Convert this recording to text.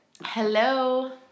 Hello